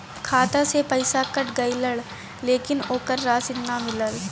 खाता से पइसा कट गेलऽ लेकिन ओकर रशिद न मिलल?